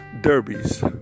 derbies